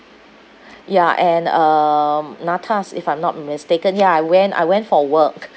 ya and um NATAS if I'm not mistaken ya I went I went for work